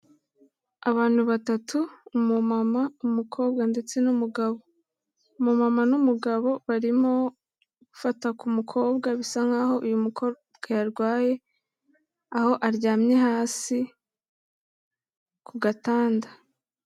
Abantu batatu umumama, umukobwa ndetse n'umugabo, umumama n'umugabo barimo gufata ku mukobwa bisa nk'aho uyu mukobwa yarwaye, aho aryamye hasi ku gatanda.